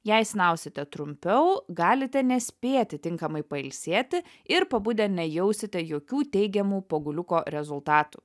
jei snausite trumpiau galite nespėti tinkamai pailsėti ir pabudę nejausite jokių teigiamų poguliuko rezultatų